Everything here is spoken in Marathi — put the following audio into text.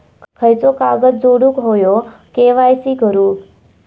खयचो कागद जोडुक होयो के.वाय.सी करूक?